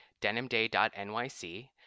denimday.nyc